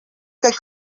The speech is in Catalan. que